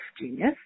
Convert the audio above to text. genius